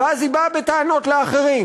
ואז היא באה בטענות לאחרים.